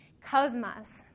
cosmos